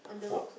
walk